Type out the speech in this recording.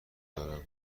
دارم